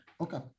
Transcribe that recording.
Okay